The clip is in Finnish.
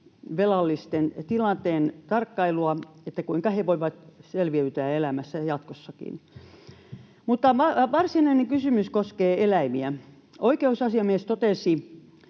ulosottovelallisten tilanteen tarkkailua, että kuinka he voivat selviytyä elämässä jatkossakin. Mutta varsinainen kysymys koskee eläimiä. Oikeusasiamies totesi